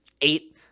eight